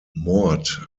mord